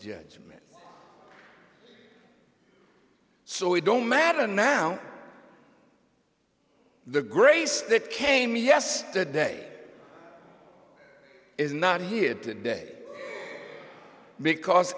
judgment so it don't matter now the grace that came yesterday is not here today because